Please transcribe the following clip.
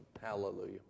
hallelujah